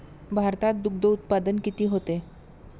भारतात दुग्धउत्पादन किती होते?